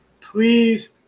please –